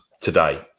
today